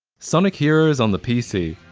sonic heroes on the pc.